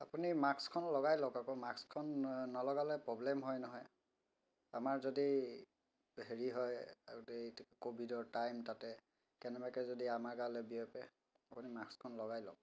আপুনি মাক্সখন লগাই লওক আকৌ মাক্সখন নলগালে প্ৰ'ব্লেম হয় নহয় আমাৰ যদি হেৰি হয় এই ক'ভিডৰ টাইম তাতে কেনেবাকৈ যদি আমাৰ গালৈ বিয়পে আপুনি মাক্সখন লগাই লওক